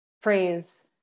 phrase